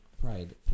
pride